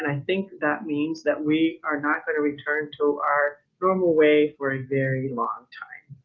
and think that means that we are not going to return to our normal way for a very long time.